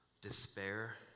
despair